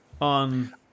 on